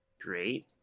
Great